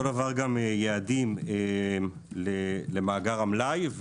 אותו דבר גם יעדים למאגר המלאי,